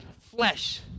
flesh